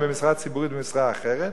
אם במשרה ציבורית או במשרה אחרת,